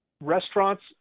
Restaurants